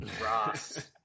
Ross